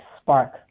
spark